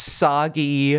soggy